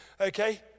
okay